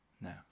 No